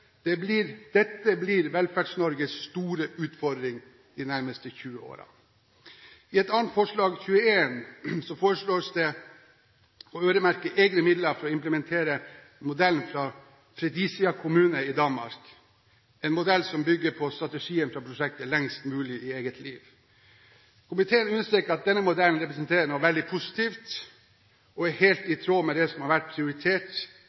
Dette blir Velferds-Norges store utfordring de nærmeste 20 årene. Under et annet punkt, 21 i Dokument 8-forslaget, foreslås det å øremerke egne midler for å implementere modellen fra Fredericia kommune i Danmark – en modell som bygger på strategien fra prosjektet «Lengst mulig i eget liv». Komiteen understreker at denne modellen representerer noe veldig positivt og er helt i tråd med det som har vært prioritert